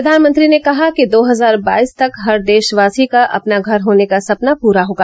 प्रधानमंत्री ने कहा कि दो हजार बाईस तक हर देशवासी का अपना घर होनेका सपना पूरा होगा